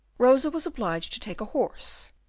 rosa was obliged to take a horse,